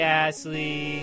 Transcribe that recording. Gasly